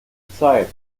zeit